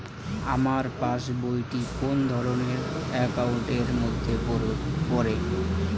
আমার পাশ বই টি কোন ধরণের একাউন্ট এর মধ্যে পড়ে?